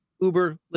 Uber